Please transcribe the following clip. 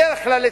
בדרך כלל,